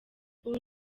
uru